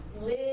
live